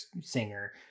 singer